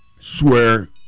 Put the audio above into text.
swear